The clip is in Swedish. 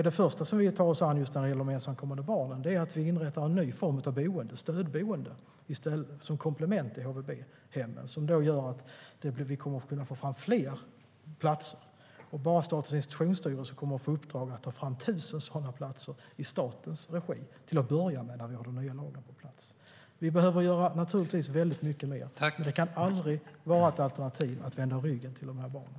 Det första som vi tar oss an när det gäller de ensamkommande barnen är att vi inrättar en ny form av boende, stödboende, som komplement till HVB-hemmen. Det gör att vi kan få fram fler platser. Bara Statens institutionsstyrelse kommer att få i uppdrag att ta fram 1 000 sådana platser i statens regi till att börja med när vi har den nya lagen på plats. Vi behöver naturligtvis göra mycket mer. Det kan aldrig vara ett alternativ att vända ryggen åt dessa barn.